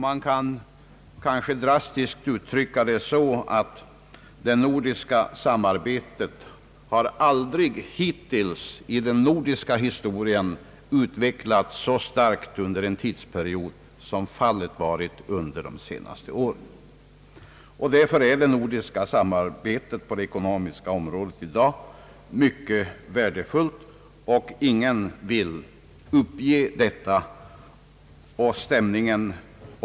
Man kan kanske drastiskt uttrycka det så, att det nordiska samarbetet aldrig hittills i den nordiska historien utvecklats så starkt under en period som fallet varit under de senaste åren. Därför är det nordiska samarbetet på det ekonomiska området i dag mycket värdefullt, och ingen vill uppge detta.